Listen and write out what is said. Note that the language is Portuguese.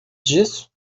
disso